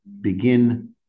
Begin